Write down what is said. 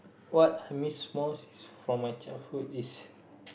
what miss most from my childhood is